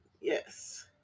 yes